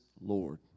Lord